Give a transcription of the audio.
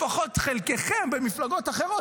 לפחות חלקכם במפלגות אחרות,